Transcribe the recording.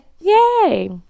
Yay